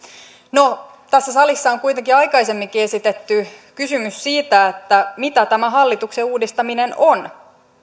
no tässä salissa on kuitenkin aikaisemminkin esitetty kysymys siitä mitä tämä hallituksen uudistaminen on